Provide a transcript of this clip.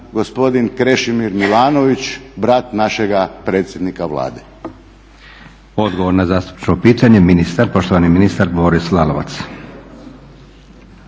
gospodin Krešimir Milanović brat našega predsjednika Vlade?